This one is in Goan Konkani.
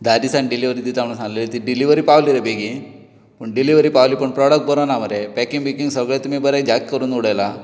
धा दिसान डिलीवरी दिता सांगिल्ली ती डिलीवरी पावली रे बेगीन पूण डिलीवरी पावली पूण प्रोडक्ट बरो ना मरे पॅकींग बिकींग सगळें तुमी बरें झाक करून उडयला